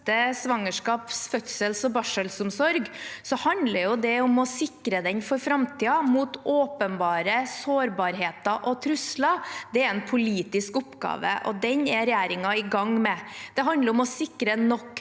svangerskaps-, fødsels- og barselomsorg, handler det om å sikre den for framtiden, mot åpenbare sårbarheter og trusler. Det er en politisk oppgave, og den er regjeringen i gang med. Det handler om å sikre nok